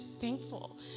thankful